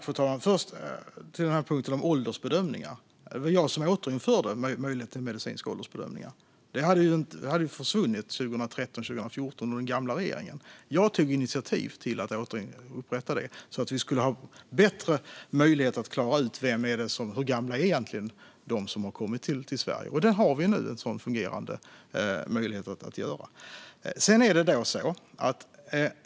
Fru talman! Först, när det gäller punkten om åldersbedömningar, var det jag som återinförde möjligheten till medicinska åldersbedömningar, som försvann 2013 eller 2014 med den gamla regeringen. Jag tog initiativ till att återinföra dem så att vi skulle få bättre möjligheter att klara ut hur gamla de som har kommit till Sverige egentligen är. Nu har vi en fungerande möjlighet att göra det.